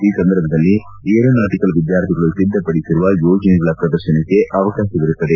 ಈ ಸಂದರ್ಭದಲ್ಲಿ ಏರೋನಾಟಕಲ್ ವಿದ್ಯಾರ್ಥಿಗಳು ಸಿದ್ದಪಡಿಸಿರುವ ಯೋಜನೆಗಳ ಪ್ರದರ್ಶನಕ್ಕೆ ಅವಕಾಶವಿರುತ್ತದೆ